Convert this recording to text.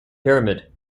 pyramid